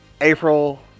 April